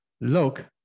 Look